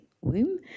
womb